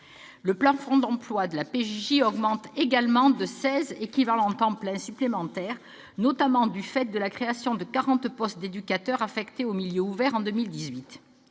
Le plafond d'emplois de la PJJ augmente également de 16 équivalents temps plein travaillé supplémentaires, notamment du fait de la création de quarante postes d'éducateur, affectés au milieu ouvert, en 2018.